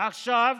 עכשיו,